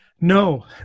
No